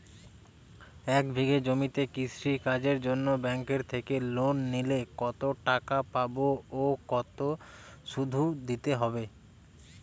এক বিঘে জমিতে কৃষি কাজের জন্য ব্যাঙ্কের থেকে লোন নিলে কত টাকা পাবো ও কত শুধু দিতে হবে?